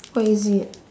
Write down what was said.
what is it